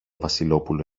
βασιλόπουλο